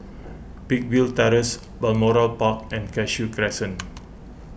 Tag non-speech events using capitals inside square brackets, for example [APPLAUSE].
[NOISE] Peakville Terrace Balmoral Park and Cashew Crescent